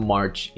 March